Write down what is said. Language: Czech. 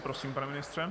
Prosím, pane ministře.